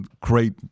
great